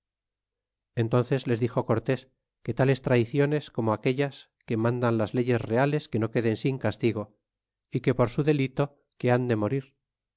entónces les dixo cortés que tales traiciones como aquellas que mandan las leyes reales que no queden sin castigo y que por su delito que han de morir